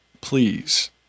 please